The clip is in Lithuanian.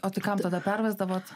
o tai kam tada pervesdavot